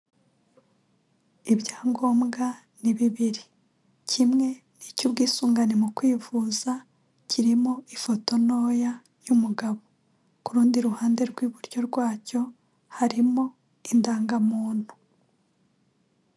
Ibyangombwa ni bibiri, kimwe ni icy'ubwisungane mu kwivuza, kirimo ifoto ntoya y'umugabo, ku rundi ruhande rw'iburyo rwacyo harimo indangamuntu.